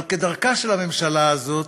אבל כדרכה של הממשלה הזאת,